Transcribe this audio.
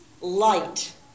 light